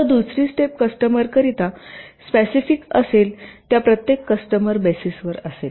तर दुसरी स्टेप कस्टमरकरिता स्पेसिफिक असेल त्या प्रत्येक कस्टमर बेसिसवर असेल